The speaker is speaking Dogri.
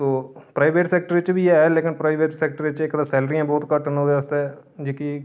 ओह् प्राईवेट सैकटर च बी ऐ लेकिन प्राईवेट सैकटर च इक तां सैलरियां बहुत घट्ट न ओह्दे आस्तै जेह्की